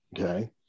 okay